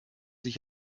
sich